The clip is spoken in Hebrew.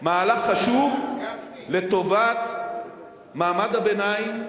מהלך חשוב לטובת מעמד הביניים,